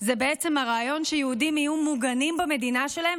בעצם הרעיון שיהודים יהיו מוגנים במדינה שלהם.